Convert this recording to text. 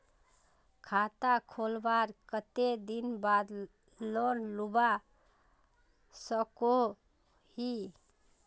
खाता खोलवार कते दिन बाद लोन लुबा सकोहो ही?